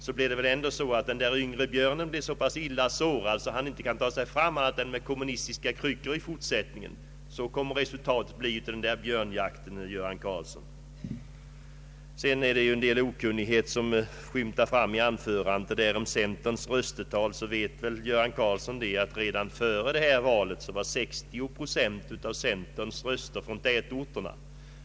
Men, herr Göran Karlsson, den yngre björnen blev ändå så illa sårad att han i fortsättningen inte kan ta sig fram annat än med hjälp av kommunistiska kryckor. Resultatet av den björnjakten blev sådant, herr Göran Karlsson. En del okunnighet skymtar fram i herr Göran Karlssons anförande. När det gäller centerns röstetal vet väl herr Göran Karlsson att redan före detta val 60 procent av centerns röster kom från tätorterna.